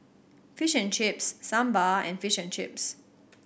Fish and Chips Sambar and Fish and Chips